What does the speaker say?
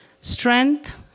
strength